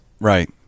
Right